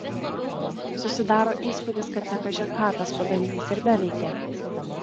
susidaro įspūdis kad ne kažin ką tas padalinys ir beveikė